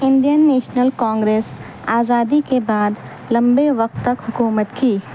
Indian National Congress آزادی کے بعد لمبے وقت تک حکومت کی